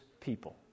people